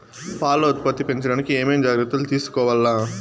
పాల ఉత్పత్తి పెంచడానికి ఏమేం జాగ్రత్తలు తీసుకోవల్ల?